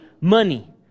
money